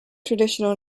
traditional